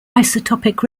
isotopic